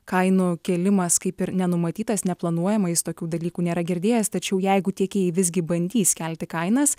kainų kėlimas kaip ir nenumatytas neplanuojama jis tokių dalykų nėra girdėjęs tačiau jeigu tiekėjai visgi bandys kelti kainas